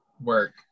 Work